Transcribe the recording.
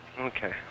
Okay